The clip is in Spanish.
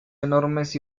enormes